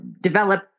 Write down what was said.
develop